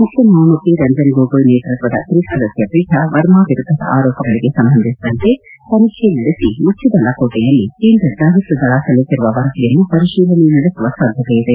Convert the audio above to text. ಮುಖ್ಯ ನ್ಯಾಯಮೂರ್ತಿ ರಂಜನ್ ಗೊಗೊಯ್ ನೇತೃತ್ವದ ತ್ರಿಸದಸ್ಯಪೀಠ ವರ್ಮ ವಿರುದ್ದದ ಆರೋಪಗಳಿಗೆ ಸಂಬಂಧಿಸಿದಂತೆ ತನಿಖೆ ನಡೆಸಿ ಮುಚ್ಚಿದ ಲಕೋಣೆಯಲ್ಲಿ ಕೇಂದ್ರ ಜಾಗ್ಬತ ದಳ ಸಲ್ಲಿಸಿರುವ ವರದಿಯನ್ನು ಪರಿಶೀಲನೆ ನಡೆಸುವ ಸಾಧ್ಯತೆ ಇದೆ